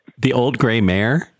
TheOldGrayMare